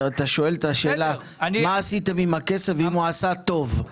אתה שואל את השאלה מה עשיתם עם הכסף ואם הוא עשה טוב.